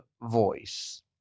voice